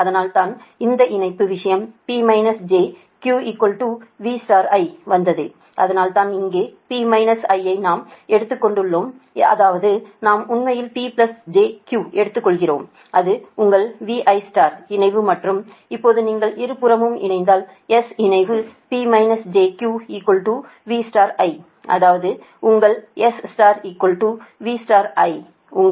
அதனால்தான் இந்த இணைந்த விஷயம் P j Q V I வந்தது அதனால்தான் இங்கே P மைனஸ் ஐ நாம் எடுக்கும்போது அதாவது நாம் உண்மையில் P j Q எடுத்துக்கொள்கிறோம் அது உங்கள் VI இணைவு மற்றும் இப்போது நீங்கள் இருபுறமும் இணைந்தால் S இணைவு P j Q V I அதாவது உங்கள் S V I உங்கள் I SV